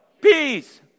Peace